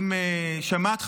אם שמעת עליו,